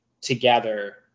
together